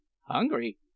Hungry